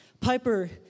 Piper